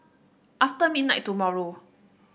after midnight tomorrow